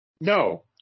No